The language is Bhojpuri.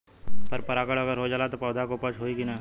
पर परागण अगर हो जाला त का पौधा उपज होई की ना?